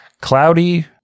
cloudy